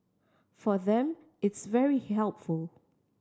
for them it's very helpful